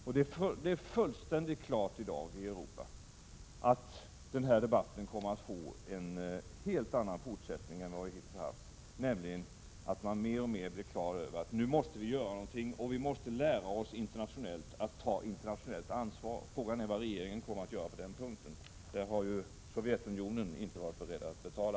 Det står i dag fullständigt klart i Europa att denna debatt i fortsättningen kommer att föras på ett helt annat sätt än tidigare, då man mer och mer blir klar över att det nu måste göras någonting och att man måste lära sig att ta internationellt ansvar. Frågan är vad regeringen kommer att göra på den punkten. Sovjetunionen har ännu inte varit beredd att betala.